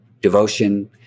Devotion